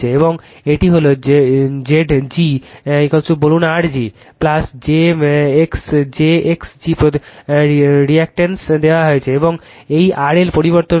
এবং এটি হল Zgবলুন R g j x g প্রতিবন্ধকতা দেওয়া হয়েছে এবং এই RL পরিবর্তনশীল